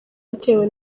yatewe